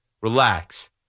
Relax